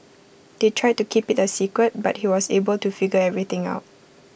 they tried to keep IT A secret but he was able to figure everything out